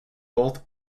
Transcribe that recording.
both